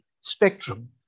spectrum